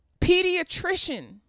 pediatrician